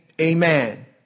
amen